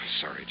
Sorry